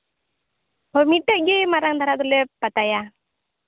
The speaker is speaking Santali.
ᱦᱳᱭ ᱢᱤᱫᱴᱮᱡ ᱜᱮ ᱢᱟᱨᱟᱝ ᱫᱷᱟᱨᱟ ᱫᱚᱞᱮ ᱯᱟᱛᱟᱭᱟ